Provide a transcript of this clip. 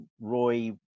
Roy